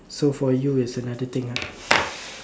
so for you is a another thing ah